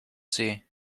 see